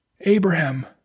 Abraham